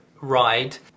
ride